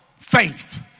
faith